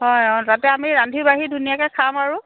হয় অঁ তাতে আমি ৰান্ধি বাঢ়ি ধুনীয়াকৈ খাম আৰু